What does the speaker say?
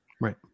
Right